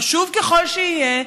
חשוב ככל שיהיה,